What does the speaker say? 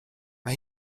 mae